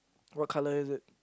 what colour is it